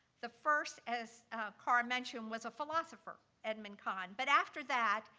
the first, as carr mentioned, was a philosopher, edmond cahn. but after that,